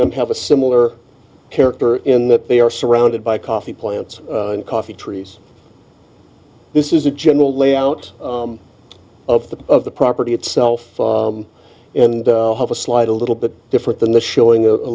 them have a similar character in that they are surrounded by coffee plants and coffee trees this is a general layout of the of the property itself and have a slide a little bit different than the showing a